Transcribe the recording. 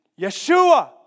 Yeshua